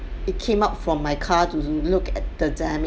it came out from my car to look at the